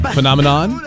Phenomenon